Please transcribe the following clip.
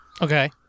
okay